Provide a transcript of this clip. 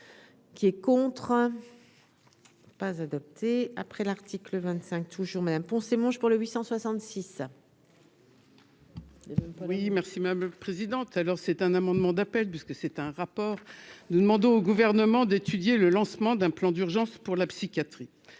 Qui est contre pas adopté après l'article 25 toujours, mais un pont c'est moche pour le 800 66. Demain. Oui merci madame la présidente, alors c'est un amendement d'appel puisque c'est un rapport de demander au gouvernement d'étudier le lancement d'un plan d'urgence pour la psychiatrie,